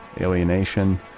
Alienation